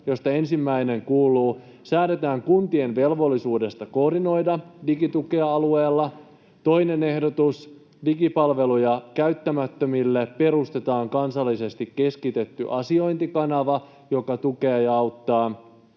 joista ensimmäinen kuuluu: säädetään kuntien velvollisuudesta koordinoida digitukea alueella; toinen ehdotus: digipalveluja käyttämättömille perustetaan kansallisesti keskitetty asiointikanava, joka tukee ja auttaa;